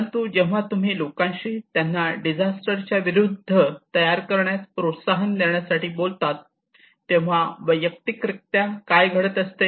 परंतु जेव्हा तुम्ही लोकांशी त्यांना डिझास्टर च्या विरुद्ध तयार करण्यास प्रोत्साहन देण्यासाठी बोलतात तेव्हा वैयक्तिकरित्या काय घडत असते